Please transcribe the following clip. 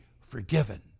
forgiven